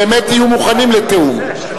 באמת תהיו מוכנים לתיאום?